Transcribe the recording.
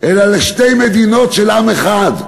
אלא לשתי מדינות של עם אחד.